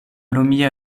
romia